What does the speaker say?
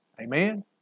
Amen